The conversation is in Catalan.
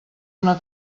una